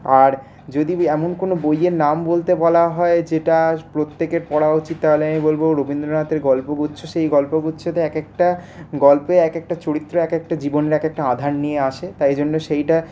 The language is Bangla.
আর যদি এমন কোন বইয়ের নাম বলতে বলা হয় যেটা প্রত্যেকের পড়া উচিত তাহলে আমি বলব রবীন্দ্রনাথের গল্পগুচ্ছ সেই গল্পগুচ্ছতে এক একটা গল্পে এক একটা চরিত্র এক একটা জীবনের এক একটা আধার নিয়ে আসে তাই জন্য সেইটা